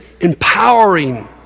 empowering